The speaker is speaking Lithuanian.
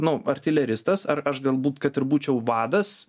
nu artileristas ar aš galbūt kad ir būčiau vadas